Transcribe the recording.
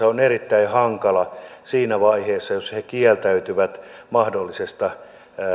on erittäin hankala siinä vaiheessa jos he kieltäytyvät mahdollisesta